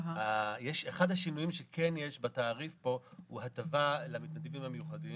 אחד השינויים שכן יש בתעריף פה הוא הטבה למתנדבים המיוחדים,